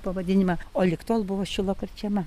pavadinimą o lig tol buvo šilokarčema